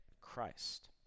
Christ